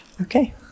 Okay